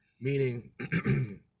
meaning